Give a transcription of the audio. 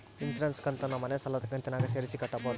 Insurance ಕಂತನ್ನ ಮನೆ ಸಾಲದ ಕಂತಿನಾಗ ಸೇರಿಸಿ ಕಟ್ಟಬೋದ?